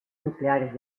nucleares